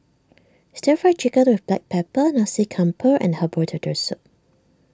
Stir Fried Chicken with Black Pepper Nasi Campur and Herbal Turtle Soup